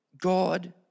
God